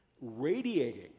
radiating